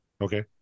Okay